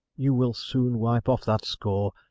you will soon wipe off that score,